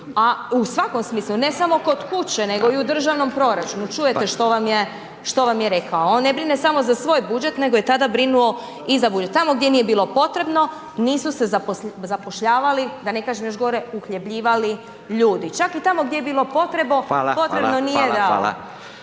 a u svakom smislu, ne samo kod kuće, nego i u državnom proračunu, čujete što vam je rekao, on ne brine samo za svoj budžet, nego je tada brinuo i za budžet. Tamo gdje nije bilo potrebno, nisu se zapošljavali, da ne kažem još gore, uhljebljivali ljudi. Čak i tamo gdje je bilo potrebno, nije dao.